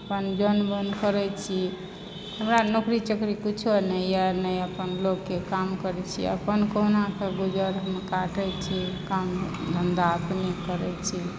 अपन जन बन करै छी हमरा नौकरी चौकरी कुछो नहि यऽ नहि अपन लोक के काम करै छी अपन कोहुना कऽ गुजर मे काटै छी काम धन्धा अपने करै छी